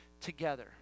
together